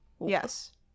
Yes